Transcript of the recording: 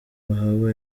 bahawe